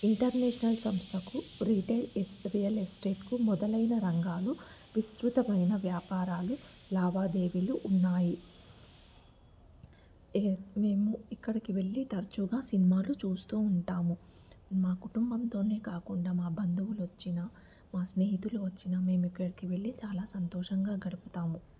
international సంస్థకు retail ఎస్పీటల్ ఎస్టేట్కు మొదలైన రంగాలు విస్తృతమైన వ్యాపారాలు లావాదేవీలు ఉన్నాయి మేము ఇక్కడికి వెళ్ళి తరచుగా సినిమాలు చూస్తూ ఉంటాము మా కుటుంబంతోనే కాకుండా మా బంధువులు వచ్చినా మా స్నేహితులు వచ్చినా మేము ఇక్కడికి వెళ్ళి చాలా సంతోషంగా గడుపుతాము